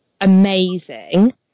amazing